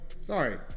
sorry